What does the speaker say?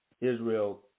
Israel